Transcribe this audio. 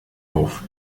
auf